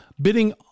bidding